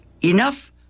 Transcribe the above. enough